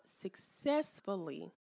successfully